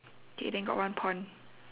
okay then got one pond